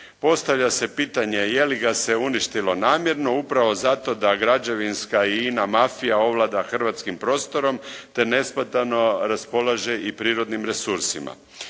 Postavlja se pitanje je li ga se uništilo namjerno, upravo zato da građevinska i ina mafija ovlada hrvatskim prostorom, te nesmetano raspolaže i prirodnim resursima.